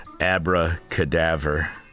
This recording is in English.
Abra-cadaver